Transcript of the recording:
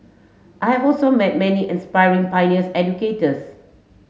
I have also met many inspiring pioneer educators